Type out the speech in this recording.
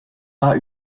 pas